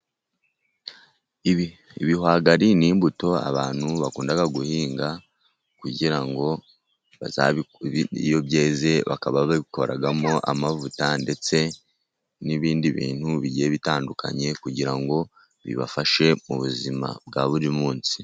Ibi ibihwagari n'imbuto abantu bakunda guhinga kugira ngo iyo byeze bakaba babikoramo amavuta ndetse n'ibindi bintu bigiye bitandukanye kugira ngo bibafashe mu buzima bwa buri munsi.